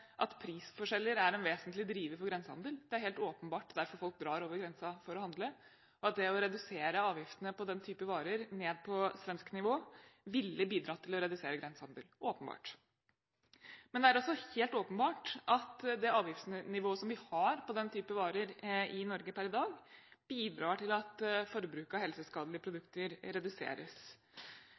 prisforskjeller er en vesentlig pådriver for grensehandel. Det er helt åpenbart derfor folk drar over grensen for å handle, så det å redusere avgiftene på den typen varer ned på svensk nivå ville ha bidratt til å redusere grensehandelen. Det er helt åpenbart. Men det er også helt åpenbart at det avgiftsnivået vi har på den typen varer i Norge per i dag, bidrar til at forbruket av helseskadelige produkter reduseres